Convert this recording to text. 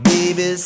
Baby